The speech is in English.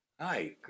Hi